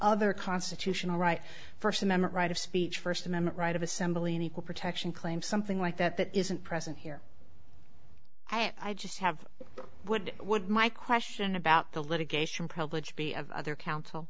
other constitutional right first amendment right of speech first amendment right of assembly and equal protection claim something like that that isn't present here i just have would would my question about the litigation